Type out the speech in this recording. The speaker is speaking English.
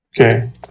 Okay